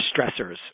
stressors